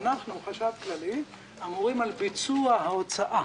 אנחנו החשב הכללי אמונים על ביצוע ההוצאה